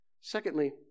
secondly